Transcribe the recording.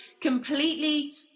completely